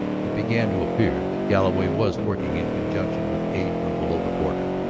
it began to appear that galloway was working in conjunction with aid from below the border.